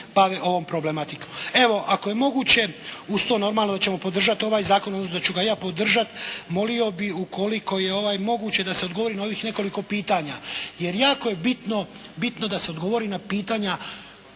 bave ovom problematikom. Evo, ako je moguće uz to normalno da ćemo podržati ovaj zakon odnosno da ću ga ja podržati. Molio bih ukoliko je moguće da se odgovori na ovih nekoliko pitanja jer jako je bitno da se odgovori na pitanja